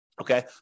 okay